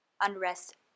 unrest